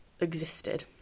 existed